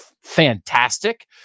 fantastic